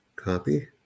Copy